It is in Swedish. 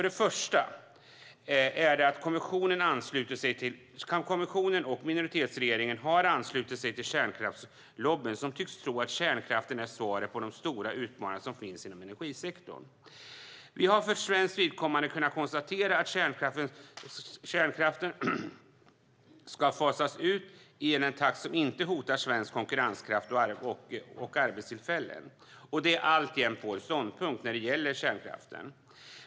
Den första gäller att kommissionen och minoritetsregeringen har anslutit sig till kärnkraftslobbyn, som tycks tro att kärnkraften är svaret på de stora utmaningar som finns inom energisektorn. Vi har för svenskt vidkommande kunnat konstatera att kärnkraften ska fasas ut i en takt som inte hotar svensk konkurrenskraft och arbetstillfällen. Det är alltjämt vår ståndpunkt när det gäller kärnkraften.